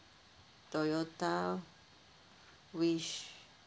toyota wish